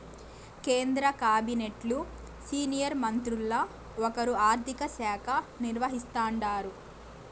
కేంద్ర కాబినెట్లు సీనియర్ మంత్రుల్ల ఒకరు ఆర్థిక శాఖ నిర్వహిస్తాండారు